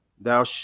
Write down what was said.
thou